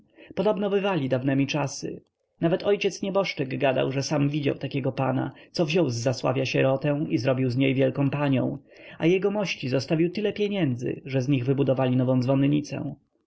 podobno bywali dawnemi czasy nawet ojciec nieboszczyk gadał że sam widział takiego pana co wziął z zasławia sierotę i zrobił z niej wielką panią a jegomości zostawił tyle pieniędzy że z nich wybudowali nową dzwonnicę